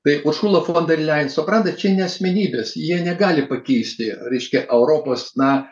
tai užkulu fondą ir leisokradačei asmenybės jie negali pakeisti ryškia europos na